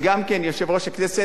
יושב-ראש הכנסת,